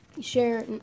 share